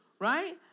right